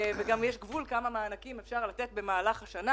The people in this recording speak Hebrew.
וגם יש גבול כמה מענקים אפשר לתת במהלך השנה